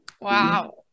Wow